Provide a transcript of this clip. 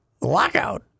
lockout